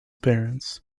parents